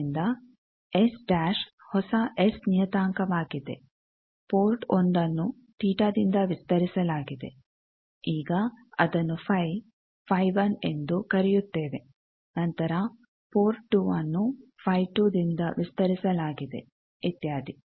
ಆದ್ದರಿಂದ S dash ಹೊಸ S ನಿಯತಾಂಕವಾಗಿದೆ ಪೋರ್ಟ್ 1ನ್ನು ತೀಟtheta θ ವಿಸ್ತರಿಸಲಾಗಿದೆ ಈಗ ಅದನ್ನು ϕ ϕ1 ಎಂದು ಕರೆಯುತ್ತೇವೆ ನಂತರ ಪೋರ್ಟ್ 2 ನ್ನು ϕ2 ದಿಂದ ವಿಸ್ತರಿಸಲಾಗಿದೆ ಇತ್ಯಾದಿ